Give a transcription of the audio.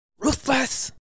Ruthless